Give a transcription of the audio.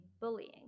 bullying